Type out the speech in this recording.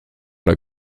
der